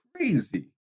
Crazy